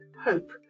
Hope